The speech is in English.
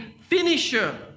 finisher